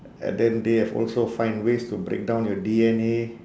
and then they have also find ways to break down your D_N_A